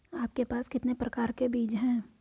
आपके पास कितने प्रकार के बीज हैं?